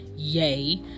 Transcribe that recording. yay